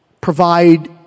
provide